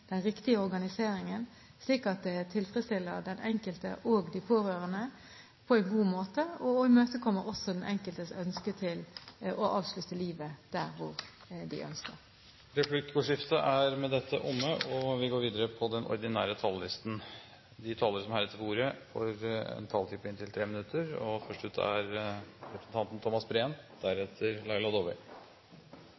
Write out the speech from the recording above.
organiseringen, slik at det tilfredsstiller den enkelte og de pårørende på en god måte og også imøtekommer den enkeltes ønske om hvor de vil avslutte livet. Replikkordskiftet er omme. De talere som heretter får ordet, har en taletid på inntil 3 minutter. Jeg fikk et par spørsmål fra representanten Dåvøy. Det ene gikk på at vi ikke hadde nevnt dette før – referansen til Omsorgsplan og Kompetanseløftet. Det mener jeg positivt er